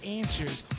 answers